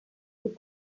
des